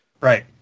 Right